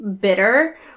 bitter